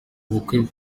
ubukwe